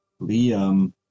Liam